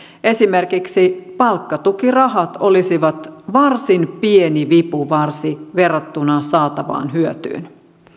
esimerkiksi palkkatukirahat olisivat varsin pieni vipuvarsi verrattuna saatavaan hyötyyn